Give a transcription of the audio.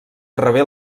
rebé